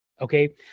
okay